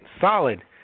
solid